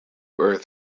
earth